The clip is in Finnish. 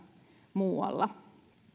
muualla